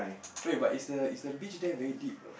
wait but is the is the beach there very deep or not